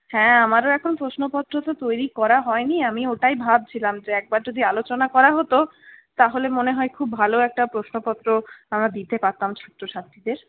হ্যাঁ আমারও এখন প্রশ্নপত্র তো তৈরি করা হয়নি আমি ওটাই ভাবছিলাম যে একবার যদি আলোচনা করা হতো তাহলে মনে হয় খুব ভালো একটা প্রশ্নপত্র আমরা দিতে পারতাম ছাত্রছাত্রীদের